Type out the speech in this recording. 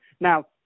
Now